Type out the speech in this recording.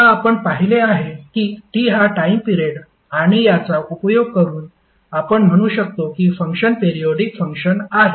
आता आपण पाहिले आहे की T हा टाइम पिरेड आणि याचा उपयोग करून आपण म्हणू शकतो की फंक्शन पेरियॉडिक फंक्शन आहे